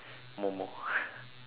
Momo